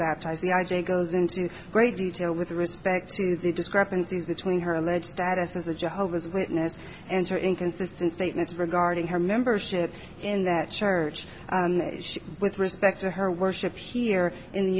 a goes into great detail with respect to the discrepancies between her alleged status as a jehovah's witness and her inconsistent statements regarding her membership in that chair which with respect to her worship here in the